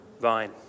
vine